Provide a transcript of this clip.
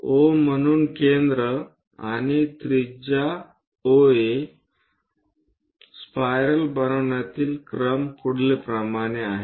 O म्हणून केंद्र आणि त्रिज्या OA स्पायरल बनविण्यातील क्रम पुढीलप्रमाणे आहे